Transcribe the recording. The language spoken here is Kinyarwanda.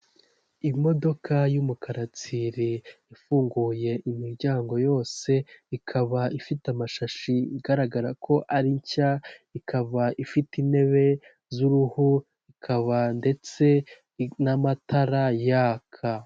Imodoka y'umukara tsiriri ifunguye imiryango yose, ikaba ifite amashashi igaragara ko ari nshya, ikaba ifite intebe z'uruhu, ikaba ndetse n'amatara yaka.